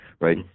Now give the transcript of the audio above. right